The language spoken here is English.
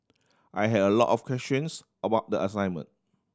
I had a lot of questions about the assignment